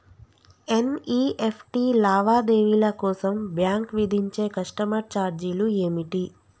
NEFT లావాదేవీల కోసం bank విధించే కస్టమర్ ఛార్జీలు ఏమిటి?